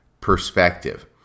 perspective